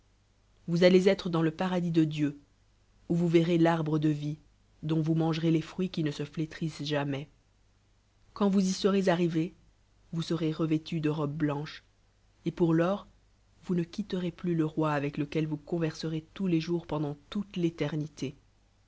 vous allez être dans le paradie de dieu où vous verrez l'arbre de vie y dont vous mangerez les fruits qui ne se flétrissent jamaii quaud vous y serez arrivés vous serez nv tus de robes blanches et pour lors vous ne quitterez plus le roi avec lequelvous converserez tous les jours pendant tonte l'éternité